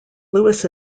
lewis